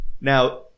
now